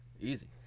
Easy